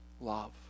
love